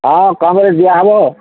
ହଁ କମରେ ଦିଆହେବ